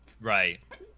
Right